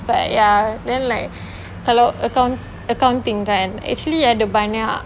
but ya then like kalau account~ accounting kan actually ada banyak